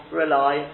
rely